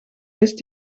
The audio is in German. ist